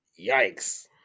Yikes